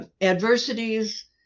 adversities